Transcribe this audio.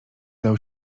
dał